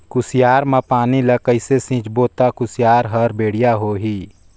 कुसियार मा पानी ला कइसे सिंचबो ता कुसियार हर बेडिया होही?